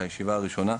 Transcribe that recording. הישיבה הראשונה.